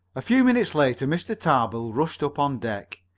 a few minutes later mr. tarbill rushed up on deck.